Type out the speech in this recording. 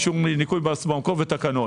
אישור ניכוי במקור ותקנון.